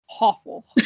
Awful